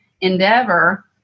Endeavor